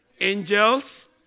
angels